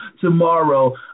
tomorrow